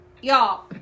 y'all